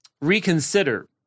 reconsider